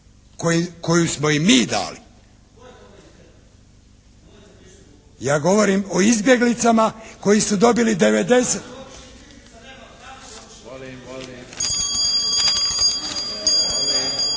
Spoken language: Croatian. se ne čuje./… Ja govorim o izbjeglicama koji su dobili 90.